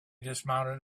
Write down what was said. dismounted